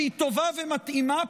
שהיא טובה ומתאימה,